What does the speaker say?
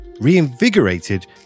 reinvigorated